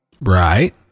Right